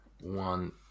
one